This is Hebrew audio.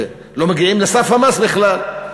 שלא מגיעים לסף המס בכלל.